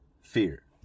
Fear